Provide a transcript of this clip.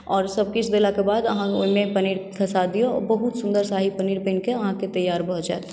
आओर सभ किछु देलाकेँ बाद अहाँ ओहिमे पनीर खसा दियौ ओ बहुत सुन्दर शाही पनीर बनिके अहाँके तैयार भऽ जायत